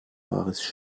wahres